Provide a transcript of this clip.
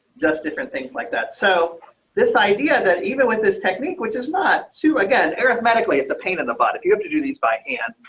just different things like that. so this idea that even with this technique which is not to, again, aaron. thematically, it's a pain in the butt. if you have to do these by hand.